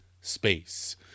space